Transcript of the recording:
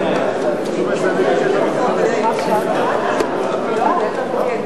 יושב-ראש ועדת הכנסת, ובלי להצביע.